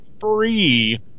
free